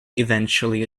eventually